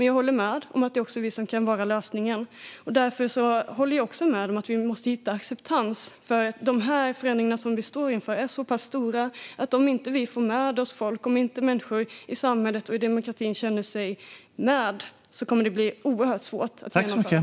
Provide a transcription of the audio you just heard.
Jag håller dock med om att vi också kan vara lösningen. Därför håller jag också med om att vi måste hitta acceptans. De förändringar vi står inför är så stora att om vi inte får med oss folket i vårt demokratiska samhälle kommer det att bli oerhört svårt att genomföra dem.